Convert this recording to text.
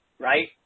right